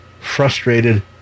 frustrated